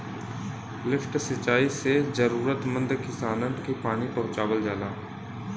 lift सिंचाई से जरूरतमंद किसानन के पानी पहुंचावल जाला